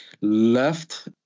left